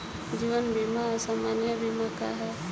जीवन बीमा आ सामान्य बीमा का ह?